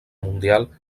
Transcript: mundial